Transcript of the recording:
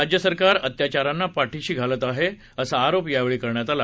राज्य सरकार अत्याचाऱ्याना पाठीशी घालत आहे असा आरोप यावेळी करण्यात आला